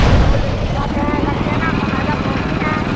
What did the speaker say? school जाते हैं लड़के ना तो मैडम बोलती हैं